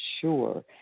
sure